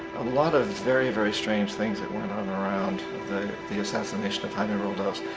a lot of very-very strange things that went and on on around the assassination of jaime roldos.